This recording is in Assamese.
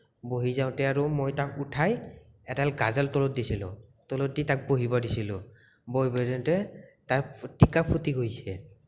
বহি যাওঁতে আৰু মই তাক উঠাই এডাল গাজাল তলত দিছিলোঁ তলত দি তাক বহিব দিছিলোঁ বহিব দিওঁতে তাৰ টিকা ফুটি গৈছে